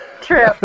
true